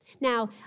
Now